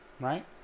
right